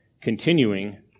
continuing